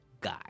guy